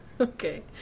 Okay